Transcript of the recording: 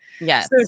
Yes